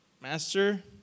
Master